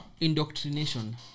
Indoctrination